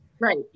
Right